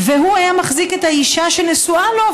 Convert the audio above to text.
והוא היה מחזיק את האישה שנשואה לו,